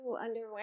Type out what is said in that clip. underwent